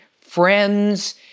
friends